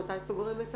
מתי סוגרים?